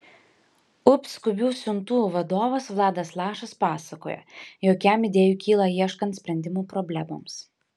ups skubių siuntų vadovas vladas lašas pasakoja jog jam idėjų kyla ieškant sprendimų problemoms